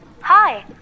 Hi